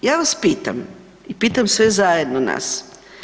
Ja vas pitam, pitam sve zajedno nas.